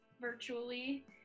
virtually